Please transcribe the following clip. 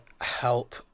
help